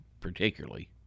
particularly